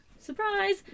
Surprise